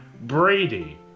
Brady